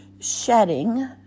shedding